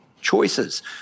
choices